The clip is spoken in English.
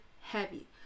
heavy